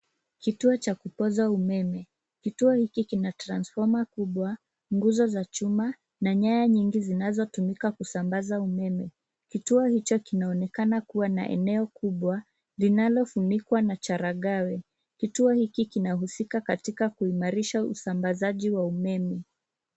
Kituo cha kupoza umeme. Kituo hiki kina transfoma kubwa, nguzo za chuma na nyaya nyingi zinazotumika kusambaza umeme. Kituo hicho kinaonekana kuwa na eneo kubwa linalofunikwa na changarawe. Kituo hiki kinahusika katika kuimarisha usambazaji wa umeme.